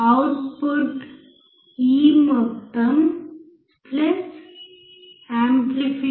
output ఈ మొత్తం plus amplification అవుతుంది